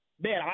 Man